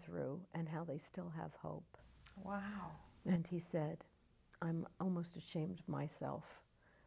through and how they still have hope wow and he said i'm almost ashamed of myself